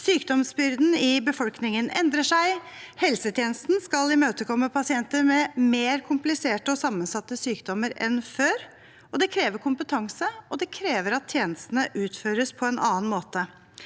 Sykdomsbyrden i befolkningen endrer seg. Helsetjenesten skal komme i møte pasienter med mer kompliserte og sammensatte sykdommer enn før. Det krever kompetanse, og det krever at tjenestene utføres på en annen måte.